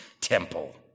temple